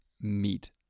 meet